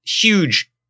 huge